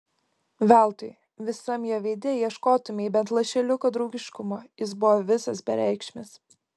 veltui visam jo veide ieškotumei bent lašeliuko draugiškumo jis buvo visas bereikšmis